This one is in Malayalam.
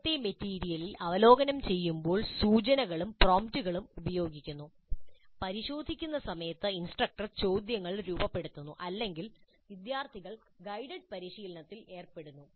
മുമ്പത്തെ മെറ്റീരിയൽ അവലോകനം ചെയ്യുമ്പോൾ സൂചനകളും പ്രോംപ്റ്റുകളും ഉപയോഗിക്കുന്നു പരിശോധിക്കുന്ന സമയത്ത് ഇൻസ്ട്രക്ടർ ചോദ്യങ്ങൾ ചോദിക്കുന്നു അല്ലെങ്കിൽ വിദ്യാർത്ഥികൾ ഗൈഡഡ് പരിശീലനത്തിൽ ഏർപ്പെടുന്നു